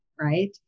right